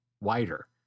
wider